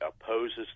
opposes